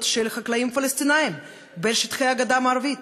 של חקלאים פלסטינים בשטחי הגדה המערבית,